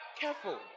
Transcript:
Careful